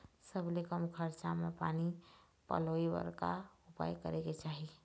सबले कम खरचा मा पानी पलोए बर का उपाय करेक चाही?